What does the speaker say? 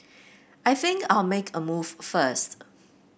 I think I'll make a move first